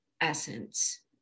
essence